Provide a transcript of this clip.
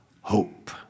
hope